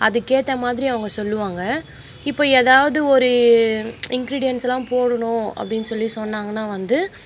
அதுக்கேற்ற மாதிரி அவங்க சொல்லுவாங்க இப்போ ஏதாவது ஒரு இன்க்ரீடியண்ட்ஸ்செல்லாம் போடணும் அப்படின்னு சொல்லி சொன்னாங்கன்னால் வந்து